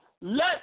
Let